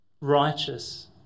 righteous